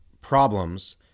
problems